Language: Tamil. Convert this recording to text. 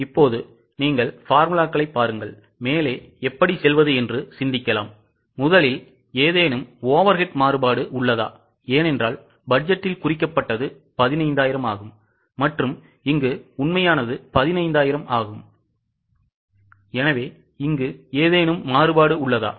இப்போது சூத்திரங்களைப் பாருங்கள் மேலே எப்படி செல்வது என்று சிந்திக்கலாம் முதலில் ஏதேனும் overhead மாறுபாடு உள்ளதா ஏனென்றால் பட்ஜெட்டில் குறிக்கப்பட்டது 15000 மற்றும் உண்மையானது 15000 ஆகும் மாறுபாடு உள்ளதா